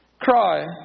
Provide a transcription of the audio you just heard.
cry